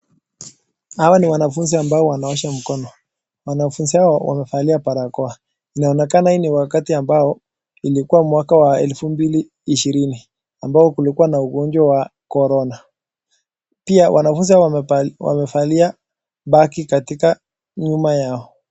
Hawa ni wanafuzi ambao wanaosha mkono. Wanafunzi hao wamevalia barakoa. Inaonekana hii ni wakati ambao ilikuwa mwaka wa elfu mbili ishirini ambao kulikuwa na ugonjwa wa Corona. Pia wanafunzi wamevalia bagi katika nyuma yao.